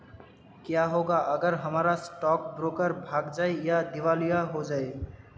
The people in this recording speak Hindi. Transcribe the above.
क्या होगा अगर हमारा स्टॉक ब्रोकर भाग जाए या दिवालिया हो जाये?